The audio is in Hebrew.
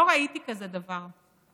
לא ראיתי כזה דבר.